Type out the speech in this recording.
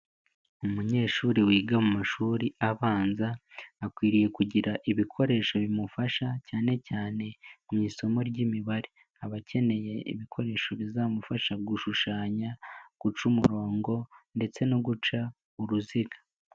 Umunyeshuri wiga mu mashuri abanza, akwiriye kugira ibikoresho bimufasha cyane cyane mu isomo ry'imibare. Abakeneye ibikoresho bizamufasha gushushanya, guca umurongo, ndetse no guca uruziga.